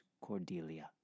Cordelia